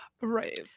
Right